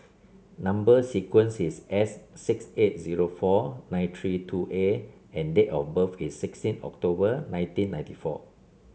number sequence is S six eight zero four nine three two A and date of birth is sixteen October nineteen ninety four